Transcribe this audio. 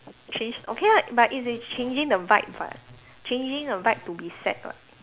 change okay lah but it's it's changing the vibe [what] changing the vibe to be sad [what]